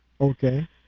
Okay